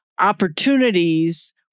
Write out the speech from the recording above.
opportunities